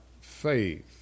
faith